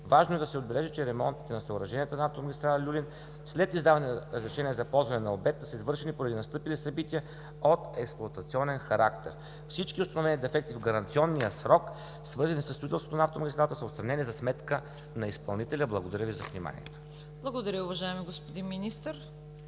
Важно е да се отбележи, че ремонтите на съоръженията на автомагистрала „Люлин“, след издаване на разрешение за ползване на обекта, са извършени поради настъпили събития от експлоатационен характер. Всички установени дефекти в гаранционния срок, свързани със строителството на автомагистралата, са отстранени за сметка на изпълнителя. Благодаря Ви за вниманието. ПРЕДСЕДАТЕЛ ЦВЕТА